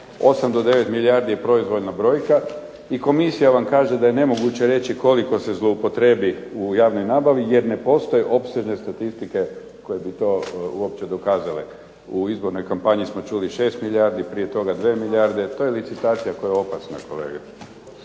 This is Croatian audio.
8 do 9 milijardi je proizvoljna brojka i komisija vam kaže da je nemoguće reći koliko se zloupotrebi u javnoj nabavi jer ne postoje opsežne statistike koje bi to uopće dokazale. U izbornoj kampanji smo čuli 6 milijardi, prije toga 2 milijarde. To je licitacija koja je opasna, kolega.